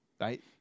Right